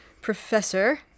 Professor